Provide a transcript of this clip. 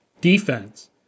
defense